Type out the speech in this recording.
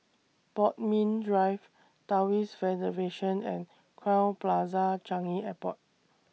Bodmin Drive Taoist Federation and Crowne Plaza Changi Airport